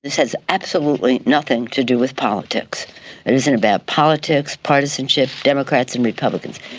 this has absolutely nothing to do with politics and isn't about politics, partisanship. democrats and republicans,